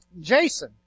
Jason